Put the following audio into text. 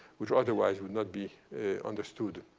which otherwise would not be understood.